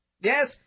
Yes